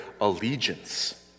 allegiance